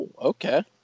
okay